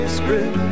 script